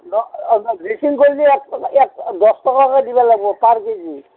dressing কৰি দিয়া দছ টকাকৈ দিব লাগিব পাৰ কেজি